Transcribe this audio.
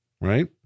Right